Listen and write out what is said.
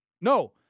no